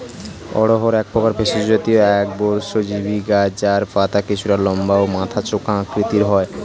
অড়হর একপ্রকার ভেষজ জাতীয় একবর্ষজীবি গাছ যার পাতা কিছুটা লম্বা ও মাথা চোখা আকৃতির হয়